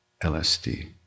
LSD